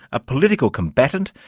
a political combatant,